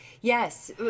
Yes